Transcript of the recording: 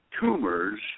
tumors